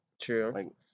True